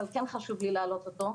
אבל כן חשוב לי להעלות אותו.